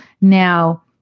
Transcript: Now